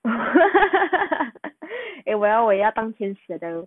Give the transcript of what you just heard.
我要我要当天使 I tell you